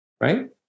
Right